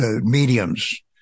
mediums